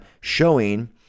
showing